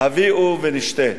הביאו ונשתה.